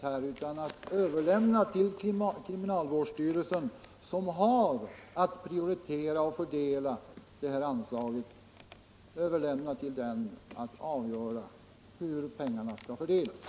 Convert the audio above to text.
Därför anser jag att vi inte behöver uttala någonting på denna punkt utan kan överlåta